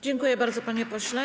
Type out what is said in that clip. Dziękuję bardzo, panie pośle.